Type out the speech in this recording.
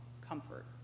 comfort